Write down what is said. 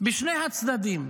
בשני הצדדים.